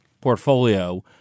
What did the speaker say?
portfolio